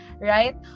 right